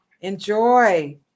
Enjoy